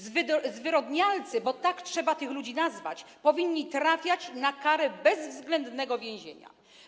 Zwyrodnialcy, bo tak trzeba tych ludzi nazwać, powinni trafiać na karę bezwzględnego więzienia.